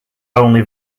only